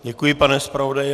Děkuji, pane zpravodaji.